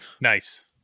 Nice